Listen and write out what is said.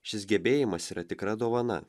šis gebėjimas yra tikra dovana